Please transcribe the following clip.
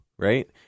Right